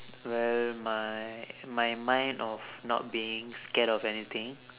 well my my mind of not being scared of anything